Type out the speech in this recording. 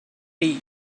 tea